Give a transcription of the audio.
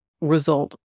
result